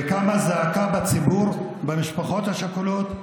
וקמה זעקה בציבור והמשפחות השכולות,